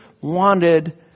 wanted